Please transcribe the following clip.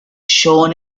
shown